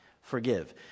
forgive